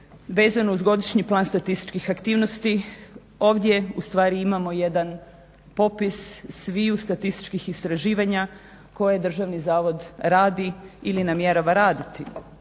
vezano uz Godišnji plan statističkih aktivnosti ovdje u stvari imamo jedan popis sviju statističkih istraživanja koje državni zavod radi ili namjerava raditi.